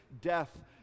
death